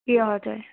ए हजुर